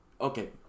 Okay